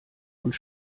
und